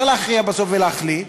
צריך להכריע בסוף ולהחליט,